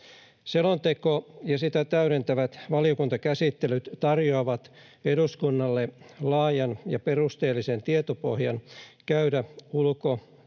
Selonteko ja sitä täydentävät valiokuntakäsittelyt tarjoavat eduskunnalle laajan ja perusteellisen tietopohjan käydä ulko-,